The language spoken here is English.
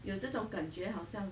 有这种感觉好像